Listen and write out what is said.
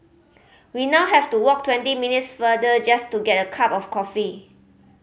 we now have to walk twenty minutes farther just to get a cup of coffee